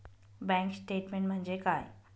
Bank statement म्हणजे काय?